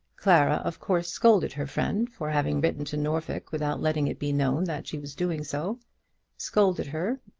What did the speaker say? clara, of course, scolded her friend for having written to norfolk without letting it be known that she was doing so scolded her,